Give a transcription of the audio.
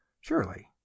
Surely